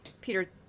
Peter